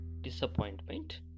disappointment